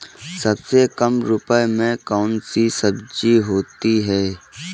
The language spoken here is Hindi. सबसे कम रुपये में कौन सी सब्जी होती है?